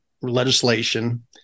legislation